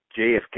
JFK